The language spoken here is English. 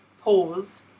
pause